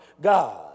God